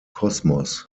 kosmos